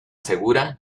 segura